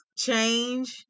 change